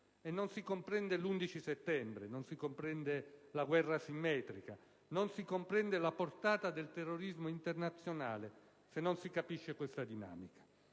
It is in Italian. Non si comprende l'11 settembre, non si comprende la guerra asimmetrica, non si comprende la portata del terrorismo internazionale se non si capisce questa dinamica.